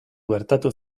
gertatu